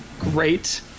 Great